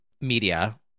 media